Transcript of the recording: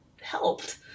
helped